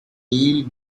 neil